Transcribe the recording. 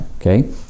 Okay